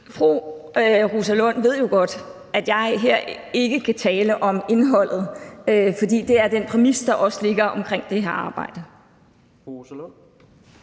Fru Rosa Lund ved jo godt, at jeg ikke kan tale om indholdet her, fordi det er den præmis, der også er for det her arbejde.